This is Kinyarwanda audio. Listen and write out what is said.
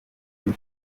muri